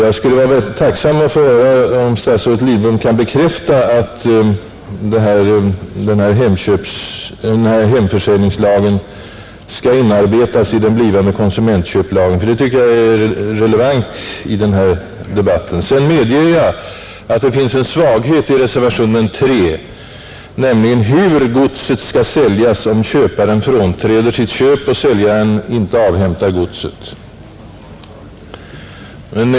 Jag skulle vara tacksam att få höra om statsrådet Lidbom kan bekräfta att hemförsäljningslagen skall inarbetas i den blivande konsumentköplagen, ty det tycker jag är relevant i denna debatt. Sedan medger jag att det finns en svaghet i reservationen III, nämligen i fråga om hur godset skall säljas om köparen frånträder sitt köp och säljaren inte avhämtar godset.